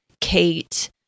Kate